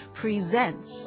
presents